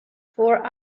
four